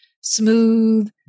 smooth